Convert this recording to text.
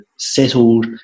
settled